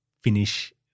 finish